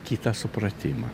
kitą supratimą